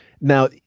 Now